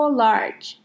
large